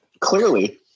Clearly